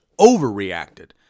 overreacted